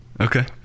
Okay